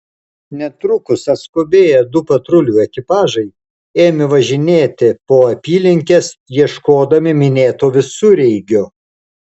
netrukus atskubėję du patrulių ekipažai ėmė važinėti po apylinkes ieškodami minėto visureigio